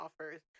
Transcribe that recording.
offers